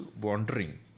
wandering